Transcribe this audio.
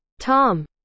Tom